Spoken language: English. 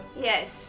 Yes